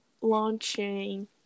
launching